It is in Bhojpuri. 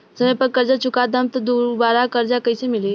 समय पर कर्जा चुका दहम त दुबाराकर्जा कइसे मिली?